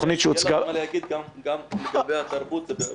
--- להגיד גם לגבי התרבות.